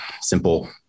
simple